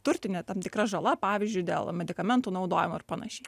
turtinė tam tikra žala pavyzdžiui dėl medikamentų naudojimo ar panašiai